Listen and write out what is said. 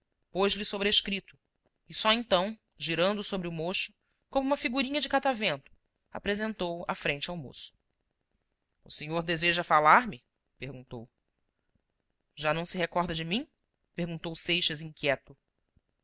pôs-lhe sobrescrito e só então girando sobre o mocho como uma figurinha de catavento apresentou a frente ao moço o senhor deseja falar-me perguntou já se não recorda de mim perguntou seixas inquieto